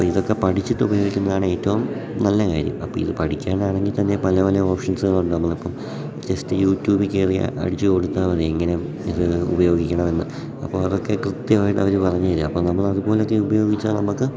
അപ്പം ഇതൊക്കെ പഠിച്ചിട്ട് ഉപയോഗിക്കുന്നതാണ് ഏറ്റവും നല്ല കാര്യം അപ്പം ഇത് പഠിക്കാനാണെങ്കിൽ തന്നെ പല പല ഓപ്ഷൻസുകളുണ്ട് നമ്മളിപ്പം ജസ്റ്റ് യൂട്യൂബിൽ കയാറിയാൽ അടിച്ചു കൊടുത്താൽ മതി എങ്ങനെ ഇത് ഉപയോഗിക്കണമന്ന് അപ്പം അതൊക്കെ കൃത്യമായിട്ട് അവർ പറഞ്ഞ് തരും അപ്പം നമ്മളതുപോലൊക്കെ ഉപയോഗിച്ചാൽ നമക്ക്